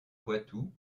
poitou